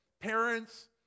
parents